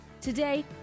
Today